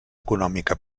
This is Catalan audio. econòmica